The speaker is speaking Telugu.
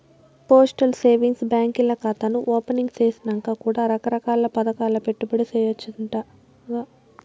పోస్టల్ సేవింగ్స్ బాంకీల్ల కాతాను ఓపెనింగ్ సేసినంక కూడా రకరకాల్ల పదకాల్ల పెట్టుబడి సేయచ్చంటగా